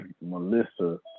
Melissa